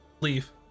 leave